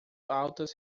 altas